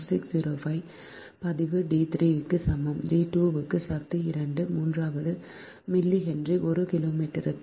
4605 பதிவு d 3 க்கு சமம் d 2 க்கு சக்தி 2 மூன்றாவது மில்லி ஹென்றி ஒரு கிலோமீட்டருக்கு